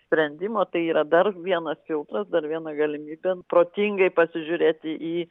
sprendimo tai yra dar vienas filtras dar viena galimybė protingai pasižiūrėti į